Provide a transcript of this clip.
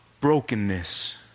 brokenness